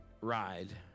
ride